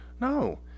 No